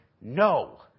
no